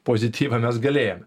pozityvą mes galėjome